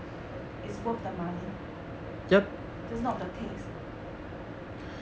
it's worth the money just not the taste